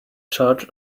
charge